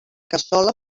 cassola